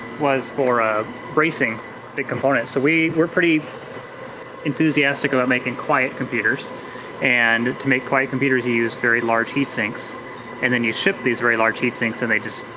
was for um bracing the components. so we're pretty enthusiastic about making quiet computers and to make quiet computers, you use very large heatsinks and then you ship these very large heatsinks and they just,